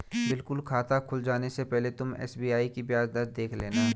बिल्कुल खाता खुल जाने से पहले तुम एस.बी.आई की ब्याज दर देख लेना